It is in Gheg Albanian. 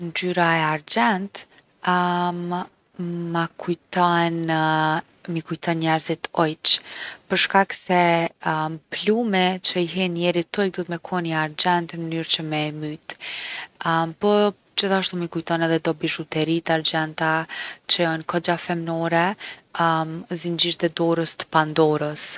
Ngjyra e argjendt ma kujton m’i kujton njerzit ujq për shkak se plumi që i hin njerit ujk, duhet me kon i argjendt në mënyrë që me e myt. po gjithashtu m’i kujton edhe do bizhuteri t’argjendta që jon kogja femnore zingjirt e dorës t’Pandorës.